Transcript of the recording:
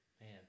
Man